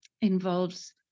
involves